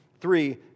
Three